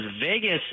Vegas